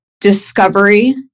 discovery